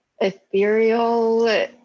ethereal